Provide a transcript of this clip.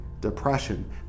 Depression